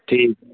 ਠੀਕ